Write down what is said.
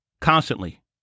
constantly